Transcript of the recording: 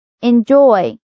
Enjoy